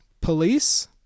police